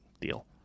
deal